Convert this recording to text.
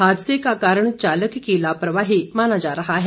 हादसे का कारण चालक की लापरवाही माना जा रहा है